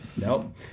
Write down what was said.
Nope